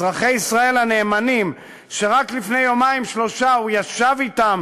אזרחי ישראל הנאמנים שרק לפני יומיים-שלושה הוא ישב אתם,